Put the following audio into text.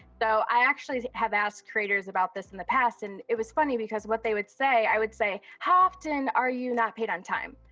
though, i actually have asked creators about this in the past and it was funny because of what they would say, i would say, how often are you not paid on time?